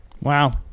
wow